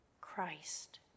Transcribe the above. Christ